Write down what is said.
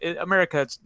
America